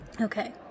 Okay